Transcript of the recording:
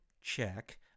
check